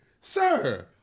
Sir